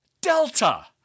Delta